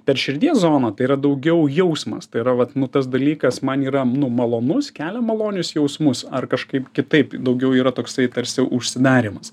per širdies zoną tai yra daugiau jausmas tai yra vat nu tas dalykas man yra malonus kelia malonius jausmus ar kažkaip kitaip daugiau yra toksai tarsi užsidarymas